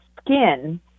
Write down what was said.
skin